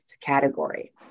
category